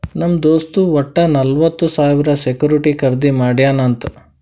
ನಮ್ ದೋಸ್ತ್ ವಟ್ಟ ನಲ್ವತ್ ಸಾವಿರ ಸೆಕ್ಯೂರಿಟಿ ಖರ್ದಿ ಮಾಡ್ಯಾನ್ ಅಂತ್